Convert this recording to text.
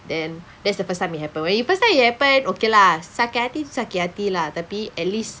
then that's the first time it happened when it first time it happened okay lah sakit hati tu sakit hati lah tapi at least